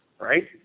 right